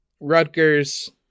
rutgers